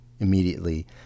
immediately